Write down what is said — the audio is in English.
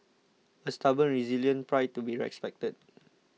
a stubborn resilient pride to be respected